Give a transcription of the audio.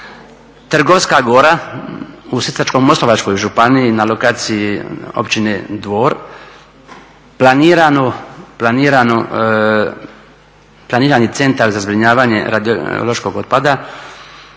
Trgovska gora u Sisačko-moslavačkoj županiji na lokaciji Općine Dvor planirani centar za zbrinjavanje radiološkog otpada,